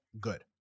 good